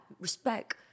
Respect